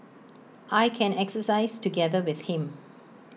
I can exercise together with him